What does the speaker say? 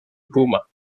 puma